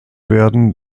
werden